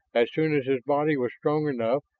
as soon as his body was strong enough,